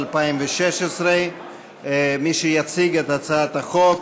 התשע"ו 2016. מי שיציג את הצעת החוק